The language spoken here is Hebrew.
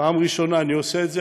בפעם הראשונה אני עושה את זה,